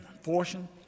fortune